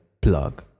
Plug